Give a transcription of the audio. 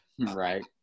right